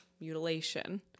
mutilation